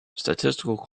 statistical